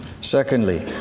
Secondly